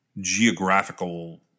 geographical